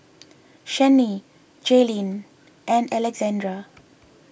Channie Jaelynn and Alexandr